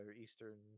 Eastern